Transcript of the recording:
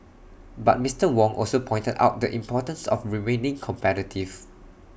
but Mister Wong also pointed out the importance of remaining competitive